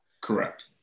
Correct